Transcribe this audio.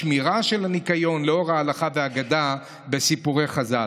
השמירה על הניקיון לאור ההלכה והאגדה בסיפורי חז"ל.